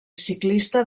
ciclista